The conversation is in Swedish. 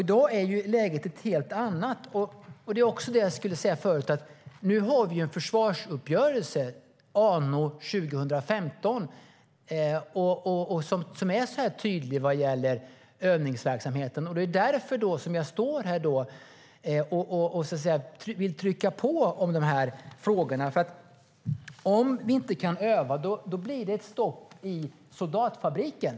I dag är läget ett helt annat. Nu har vi en försvarsuppgörelse anno 2015 som är tydlig vad gäller övningsverksamheten. Det är därför jag står här och vill trycka på i dessa frågor. Om vi inte kan öva blir det stopp i soldatfabriken.